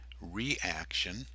reaction